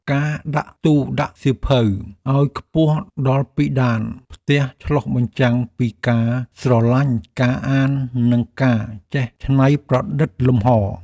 ការដាក់ទូដាក់សៀវភៅឱ្យខ្ពស់ដល់ពិដានផ្ទះឆ្លុះបញ្ចាំងពីការស្រឡាញ់ការអាននិងការចេះច្នៃប្រឌិតលំហរ។